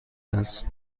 است